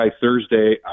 Thursday